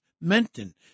Menton